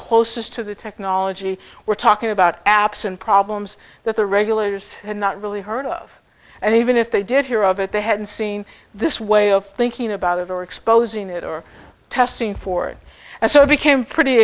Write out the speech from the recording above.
closest to the technology we're talking about apps and problems that the regulators have not really heard of and even if they did hear of it they hadn't seen this way of thinking about it or exposing it or testing for it and so it became pretty